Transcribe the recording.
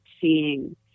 seeing